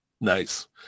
Nice